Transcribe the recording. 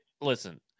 Listen